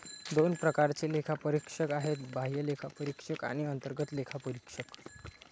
दोन प्रकारचे लेखापरीक्षक आहेत, बाह्य लेखापरीक्षक आणि अंतर्गत लेखापरीक्षक